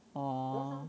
oh